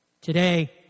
Today